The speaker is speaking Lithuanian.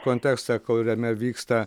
kontekstą kuriame vyksta